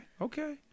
okay